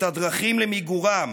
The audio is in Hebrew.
את הדרכים למיגורן